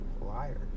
Liar